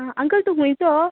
uncle तूं खुंयचो